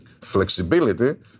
Flexibility